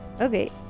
okay